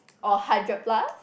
or hundred plus